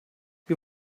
wir